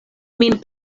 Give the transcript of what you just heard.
min